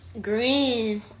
green